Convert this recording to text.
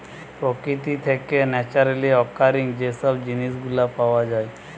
প্রকৃতি থেকে naturally occurring যে সব জিনিস গুলা পাওয়া যায়